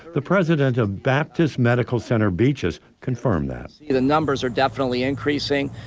the president of baptist medical center beaches confirmed that the numbers are definitely increasing.